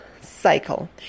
cycle